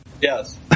Yes